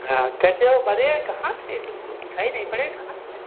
हाँ कैसे हो अरे कहाँ थे तुम दिखाई नहीं पड़े कहाँ चले